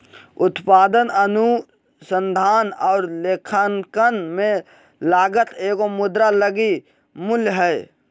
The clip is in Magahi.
उत्पादन अनुसंधान और लेखांकन में लागत एगो मुद्रा लगी मूल्य हइ